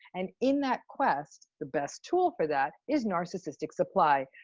and in that quest, the best tool for that is narcissistic supply.